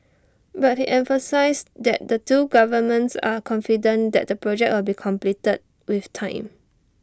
but he emphasised that the two governments are confident that the project will be completed with time